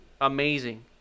Amazing